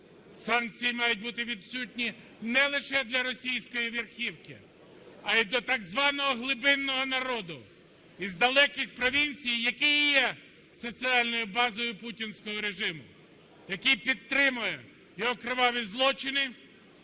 Санкції мають бути від сьогодні не лише для російської верхівки, а й до так званого глибинного народу із далеких провінцій, який і є соціальною базою путінського режиму, який підтримує його криваві злочини